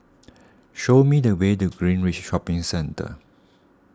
show me the way to Greenridge Shopping Centre